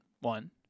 one